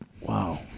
Wow